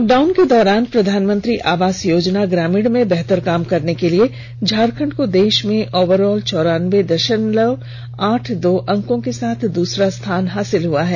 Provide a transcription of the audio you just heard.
lockdown के दौरान प्रधानमंत्री आवास योजना ग्रामीण में बेहतर काम करने के लिए झारखंड को देश में ओवरऑल चौरानबे दशमलव आठ दो अंकों के साथ दूसरा स्थान मिला है